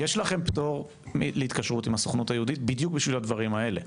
יש לכם פטור מהתקשרות עם הסוכנות היהודית בדיוק בשביל הדברים האלה,